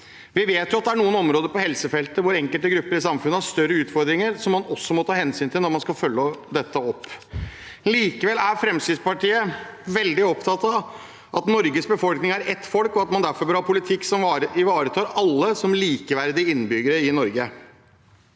Vi vet at det er noen områder på helsefeltet hvor enkelte grupper i samfunnet har større utfordringer som man også må ta hensyn til når man skal følge dette opp. Likevel er Fremskrittspartiet veldig opptatt av at Norges befolkning er ett folk, og at man derfor bør ha politikk som ivaretar alle som likeverdige innbyggere i Norge.